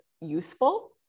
useful